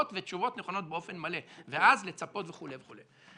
ותשובות נכונות באופן מלא ואז לצפות וכו' וכו'.